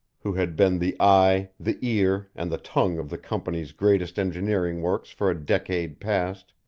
who had been the eye, the ear and the tongue of the company's greatest engineering works for a decade past,